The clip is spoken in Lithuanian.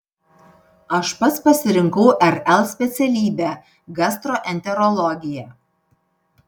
aš pats pasirinkau rl specialybę gastroenterologiją